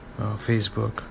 facebook